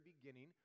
beginning